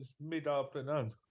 mid-afternoon